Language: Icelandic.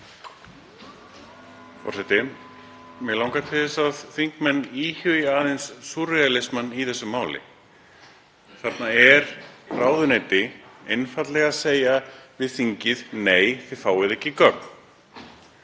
langar til þess að þingmenn íhugi aðeins súrrealismann í þessu máli. Þarna er ráðuneyti einfaldlega að segja við þingið: Nei, þið fáið ekki gögn.